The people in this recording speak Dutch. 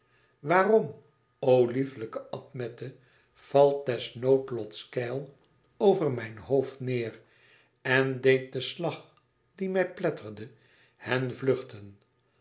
waarom o lieflijke admete valt des noodlots keil over mijn hoofd neêr en deed den slag die mij pletterde hen vluchten